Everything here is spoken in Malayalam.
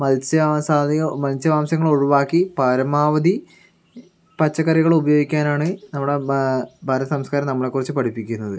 മത്സ്യമാംസാദി മത്സ്യ മാംസങ്ങൾ ഒഴിവാക്കി പരമാവധി പച്ചക്കറികൾ ഉപയോഗിക്കാനാണ് നമ്മുടെ ഭ ഭാരത സ്മസ്കാരം നമ്മളെ കുറിച്ച് പഠിപ്പിക്കുന്നത്